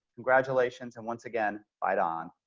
congratulations. and once again. right on.